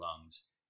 lungs